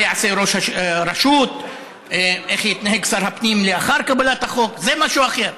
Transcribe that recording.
מה יעשה ראש הרשות ואיך יתנהג שר הפנים לאחר קבלת החוק זה משהו אחר,